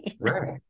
Right